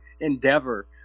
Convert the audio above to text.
endeavor